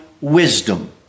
wisdom